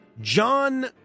John